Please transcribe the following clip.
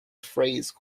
phrase